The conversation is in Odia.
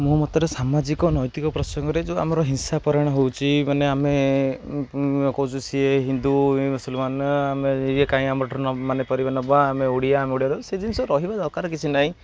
ମୁଁ ମତରେ ସାମାଜିକ ନୈତିକ ପ୍ରସଙ୍ଗରେ ଯେଉଁ ଆମର ହିଂସା ପରାୟଣ ହେଉଛି ମାନେ ଆମେ କହୁଛୁ ସିଏ ହିନ୍ଦୁ ମୁସଲମାନ ଆମେ ଇଏ କାଇଁ ଆମଠାରୁ ମାନେ ପରିବା ନବା ଆମେ ଓଡ଼ିଆ ଆମେ ଓଡ଼ିଆରେ ସେ ଜିନିଷ ରହିବା ଦରକାର କିଛି ନାହିଁ